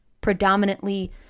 predominantly